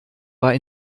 war